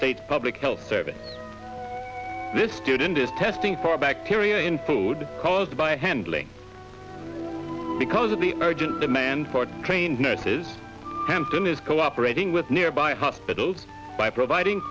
states public health service this student is testing for bacteria in food caused by handling because of the urgent demand for trained nurses kempton is cooperating with nearby hospitals by providing